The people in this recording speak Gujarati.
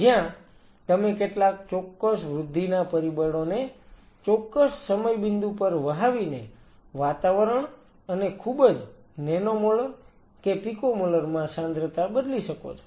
જ્યાં તમે કેટલાક ચોક્કસ વૃદ્ધિ પરિબળોને ચોક્કસ સમયબિંદુ પર વહાવીને વાતાવરણ અને ખૂબ જ નેનોમોલર કે પીકોમોલર માં સાંદ્રતા બદલી શકો છો